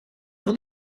oedd